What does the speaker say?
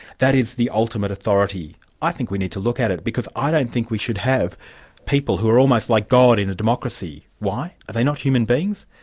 that is the ultimate authority i think we need to look at it, because i don't think we should have people who are almost like god in a democracy. why? are they not human beings?